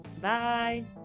Bye